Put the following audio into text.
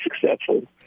successful